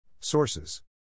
Sources